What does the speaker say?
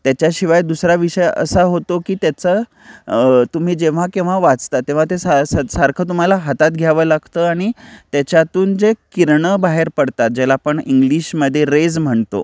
त्याच्याशिवाय दुसरा विषय असा होतो की त्याचा तुम्ही जेव्हा केव्हा वाचता तेव्हा ते सा स सारखं तुम्हाला हातात घ्यावं लागतं आणि त्याच्यातून जे किरणं बाहेर पडतात ज्याला आपण इंग्लिशमध्ये रेज म्हणतो